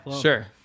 Sure